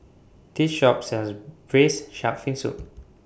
This Shop sells Braised Shark Fin Soup